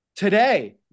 Today